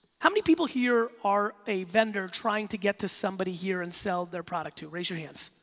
how many people here are a vendor trying to get to somebody here and sell their products, raise your hands.